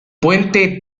puente